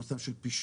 במצב של פישוט,